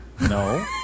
No